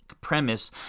premise